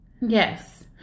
Yes